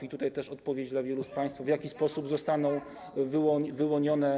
I tutaj też odpowiedź dla wielu z państwa, w jaki sposób zostaną wyłonione.